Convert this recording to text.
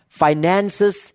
finances